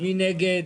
מי נגד?